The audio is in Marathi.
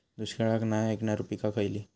दुष्काळाक नाय ऐकणार्यो पीका खयली?